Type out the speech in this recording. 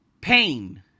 Pain